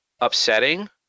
upsetting